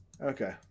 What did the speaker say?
Okay